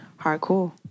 hardcore